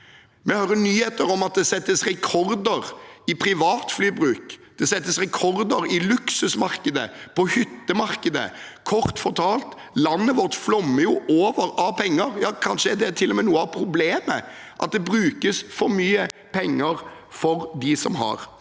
Vi hører nyheter om at det settes rekorder i privat flybruk. Det settes rekorder i luksusmarkedet, på hyttemarkedet. Kort fortalt: Landet vårt flommer over av penger. Ja, kanskje er det til og med noe av problemet, at det brukes for mye penger for dem som har.